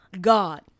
God